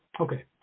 Okay